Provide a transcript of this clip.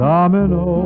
Domino